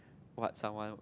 what someone